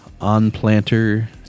on-planter